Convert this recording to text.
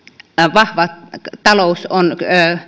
vahva talous on